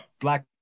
Black